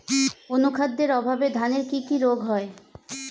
অনুখাদ্যের অভাবে ধানের কি কি রোগ হয়?